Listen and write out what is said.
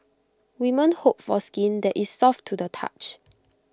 women hope for skin that is soft to the touch